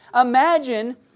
Imagine